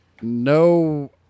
No